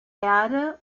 erde